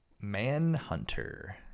Manhunter